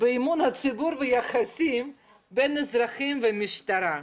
וביחסים בין האזרחים והמשטרה.